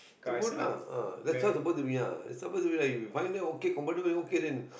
that's good lah ah that's suppose to be ah it's suppose to be like you going there okay comfortable okay then